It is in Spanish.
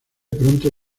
pronto